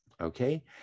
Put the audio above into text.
Okay